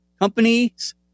companies